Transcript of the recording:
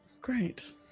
great